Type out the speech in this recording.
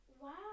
Wow